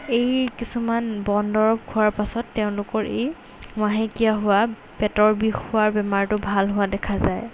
এই কিছুমান বন দৰৱ খোৱাৰ পাছত তেওঁলোকৰ এই মাহেকীয়া হোৱা পেটৰ বিষ হোৱাৰ বেমাৰটো ভাল হোৱা দেখা যায়